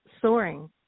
soaring